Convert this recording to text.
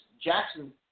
Jackson